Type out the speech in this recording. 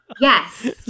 Yes